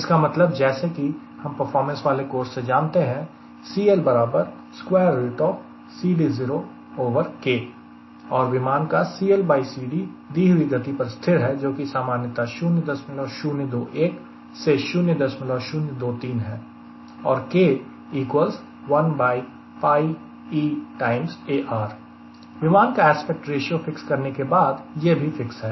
इसका मतलब जैसे कि हम परफॉर्मेंस वाले कोर्स से जानते हैं और विमान का CLCD दी हुई गति पर स्थिर है जो कि सामान्यतः 0021 0023 है और K विमान का एस्पेक्ट रेशियो फिक्स करने के बाद यह भी फिक्स है